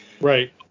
Right